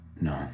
no